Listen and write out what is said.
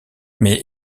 mais